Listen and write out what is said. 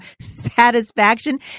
satisfaction